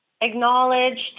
acknowledged